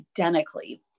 identically